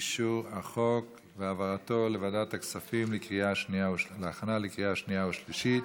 אישור הצעת חוק והעברתה לוועדת הכספים להכנה לקריאה שנייה ושלישית?